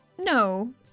no